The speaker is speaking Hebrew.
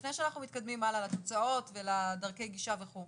לפני שאנחנו מתקדמים הלאה לתוצאות ולדרכי הגישה וכו'?